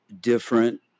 different